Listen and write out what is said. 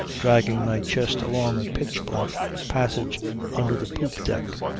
dragging my chest along a pitch-black passage under the poop deck,